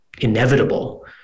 inevitable